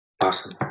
Awesome